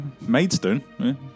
Maidstone